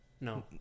No